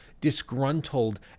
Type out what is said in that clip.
disgruntled